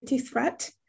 threat